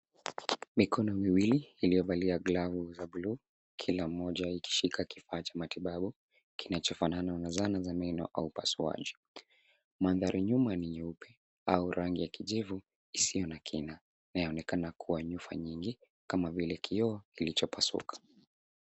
Mikono miwili iliyovalia glavu za [blue] kila mmoja ikishika kifaa cha matibabu kinachofanana za zana za meno au upasuaji. Mandhari nyuma ni nyeupe au rangi ya kijivu isiyo na kina inayoonekana kuwa nyufa nyingi kama vile kioo kimepasuka.